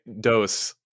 dose